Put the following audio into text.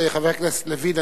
חבר הכנסת לוין,